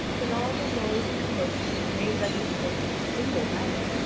but all the noise and commotion was made by the approach of a single knight.